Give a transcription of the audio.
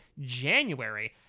january